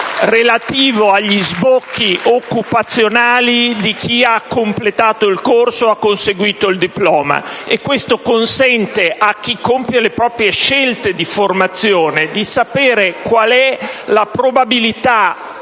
relativo agli sbocchi occupazionali di chi ha completato il corso o ha conseguito il diploma *(Applausi dal Gruppo M5S)*. Ciò consente a chi compie le proprie scelte di formazione di sapere qual è la probabilità,